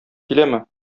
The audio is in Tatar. киләме